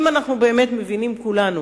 אם אנחנו באמת מבינים, כולנו,